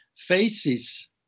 faces